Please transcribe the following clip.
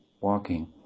walking